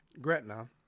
Gretna